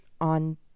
on